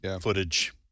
footage